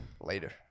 Later